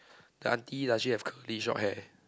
the auntie does she have curly short hair